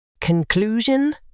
Conclusion